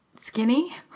skinny